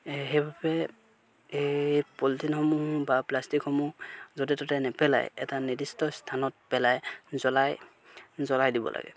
সেইবাবে এই পলিথিনসমূহ বা প্লাষ্টিকসমূহ য'তে ত'তে নেপেলাই এটা নিৰ্দিষ্ট স্থানত পেলাই জ্বলাই জ্বলাই দিব লাগে